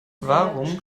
warum